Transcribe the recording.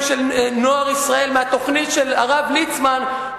של נוער ישראל מהתוכנית של הרב ליצמן,